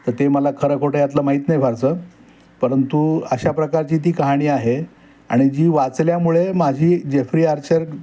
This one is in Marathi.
तर ते मला खरं खोटं यातलं माहीत नाही फारसं परंतु अशा प्रकारची ती कहाणी आहे आणि जी वाचल्यामुळे माझी जेफ्री आर्चर